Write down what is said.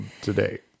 today